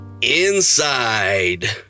Inside